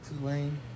Tulane